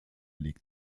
liegt